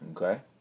Okay